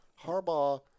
Harbaugh